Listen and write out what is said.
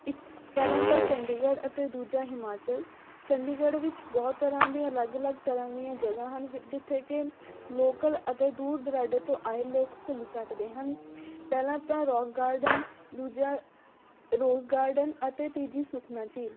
ਇੱਕ ਪਹਿਲਾਂ ਤਾਂ ਚੰਡੀਗੜ੍ਹ ਅਤੇ ਦੂਜਾ ਹਿਮਾਚਲ ਚੰਡੀਗੜ੍ਹ ਵਿੱਚ ਬਹੁਤ ਤਰ੍ਹਾਂ ਦੀਆਂ ਅਲੱਗ ਅਲੱਗ ਤਰ੍ਹਾਂ ਦੀਆਂ ਜਗ੍ਹਾ ਹਨ ਜਿੱਥੇ ਕਿ ਲੋਕਲ ਅਤੇ ਦੂਰ ਦੁਰਾਡੇ ਤੋਂ ਆਏ ਲੋਕ ਘੁੰਮ ਸਕਦੇ ਹਨ ਪਹਿਲਾਂ ਤਾਂ ਰੌਕ ਗਾਰਡਨ ਦੂਜਾ ਰੋਜ਼ ਗਾਰਡਨ ਅਤੇ ਤੀਜੀ ਸੁਖਨਾ ਝੀਲ